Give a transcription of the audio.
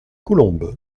colombes